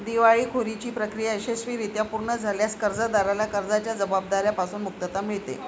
दिवाळखोरीची प्रक्रिया यशस्वीरित्या पूर्ण झाल्यास कर्जदाराला कर्जाच्या जबाबदार्या पासून मुक्तता मिळते